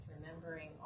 remembering